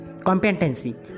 competency